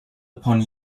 upon